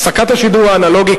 הפסקת השידור האנלוגי,